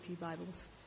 Bibles